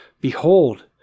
Behold